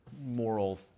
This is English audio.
moral